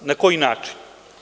Na koji način.